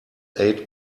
aid